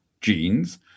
genes